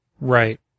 Right